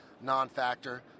non-factor